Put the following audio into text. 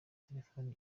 telefoni